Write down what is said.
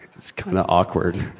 it's kinda awkward.